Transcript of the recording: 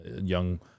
young